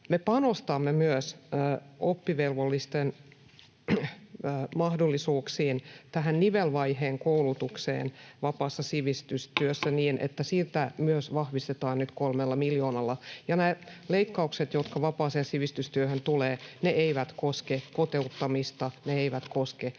Me panostamme myös oppivelvollisten mahdollisuuksiin tähän nivelvaiheen koulutukseen vapaassa sivistystyössä niin, että sitä myös vahvistetaan nyt kolmella miljoonalla. Nämä leikkaukset, jotka vapaaseen sivistystyöhön tulevat, eivät koske kotouttamista, ne eivät koske sitä puolta